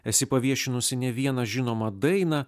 esi paviešinusi ne vieną žinomą dainą